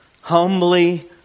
Humbly